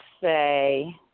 say